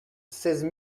seize